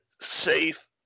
safe